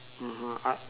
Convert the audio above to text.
(uh huh) I